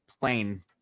plain